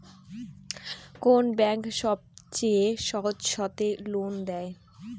কোন ব্যাংক সবচেয়ে সহজ শর্তে লোন দেয়?